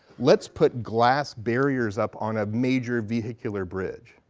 let's put glass barriers up on a major vehicular bridge,